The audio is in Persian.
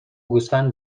گوسفند